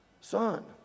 Son